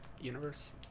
universe